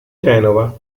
genova